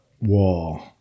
wall